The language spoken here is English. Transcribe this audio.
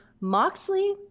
Moxley